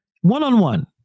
one-on-one